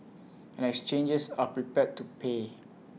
and exchanges are prepared to pay